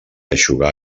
eixugar